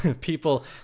people